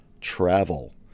travel